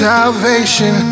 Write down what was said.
Salvation